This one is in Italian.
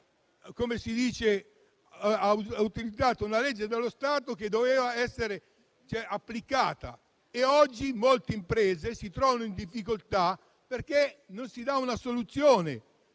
superbonus ha utilizzato una legge dello Stato che doveva essere applicata e oggi molte imprese si trovano in difficoltà perché non si offre una soluzione.